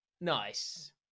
nice